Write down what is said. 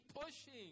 pushing